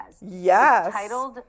Yes